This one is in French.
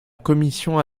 commission